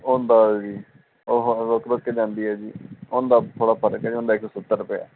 ਉਹਦਾ ਉਹ ਰੁੱਕ ਰੁੱਕ ਕੇ ਜਾਂਦੀ ਹੈ ਜੀ ਉਹਦਾ ਥੋੜ੍ਹਾ ਫਰਕ ਹੈ ਜੀ ਉਹਦਾ ਇੱਕ ਸੌ ਸੱਤਰ ਰੁਪਏ ਹੈ